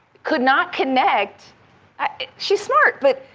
could not connect she's smart, but